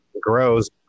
grows